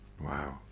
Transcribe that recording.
Wow